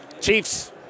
Chiefs